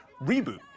reboot